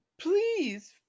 Please